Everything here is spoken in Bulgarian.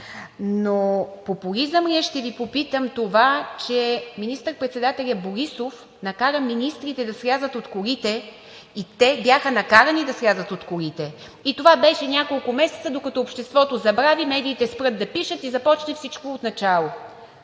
Но популизъм ли е, ще Ви попитам, това, че министър-председателят Борисов накара министрите да слязат от колите и те бяха накарани да слязат от колите. И това беше няколко месеца, докато обществото забрави, медиите спрат да пишат и започне всичко отначало.